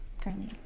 currently